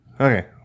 Okay